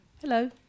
Hello